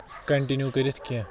continue کٔرِتھ کیٚنٛہہ